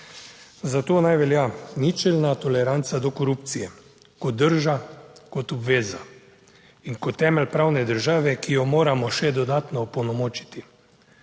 Za to naj velja ničelna toleranca do korupcije kot drža, kot obveza in kot temelj pravne države, ki jo moramo še dodatno opolnomočiti.